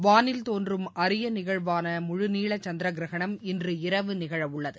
வானில் தோன்றும் அரிய நிகழ்வான முழு நீள சந்திர கிரகணம் இன்றிரவு நிகழவுள்ளது